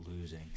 losing